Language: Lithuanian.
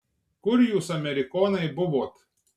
kur jūs amerikonai buvot